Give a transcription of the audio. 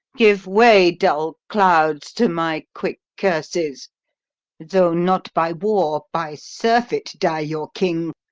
give way, dull clouds, to my quick curses though not by war, by surfeit die your king,